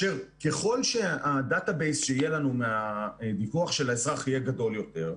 ככל שה-דאטה בייס שיהיה לנו מהוויכוח של האזרח יהיה גדול יותר,